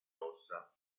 ossa